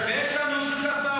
ויש לנו שותף מהאופוזיציה.